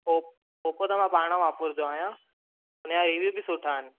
ओ ओपो त मां पाण वापिरींदो आहियां हुन जा ई वी बि सुठा आहिनि